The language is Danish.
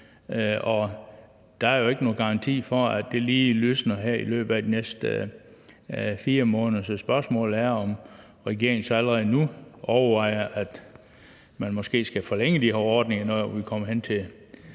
der er jo ikke nogen garanti for, at det lige lysner her i løbet af de næste 4 måneder. Så spørgsmålet er, om regeringen allerede nu overvejer, at man måske skal forlænge de her ordninger, når vi kommer hen til